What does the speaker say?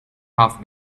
half